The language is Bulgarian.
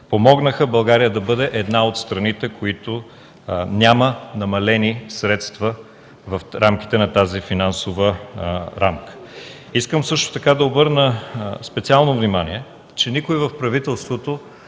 помогнаха България да бъде една от страните, които нямат намалени средства в тази финансова рамка. Искам също така да обърна специално внимание, че никой в правителството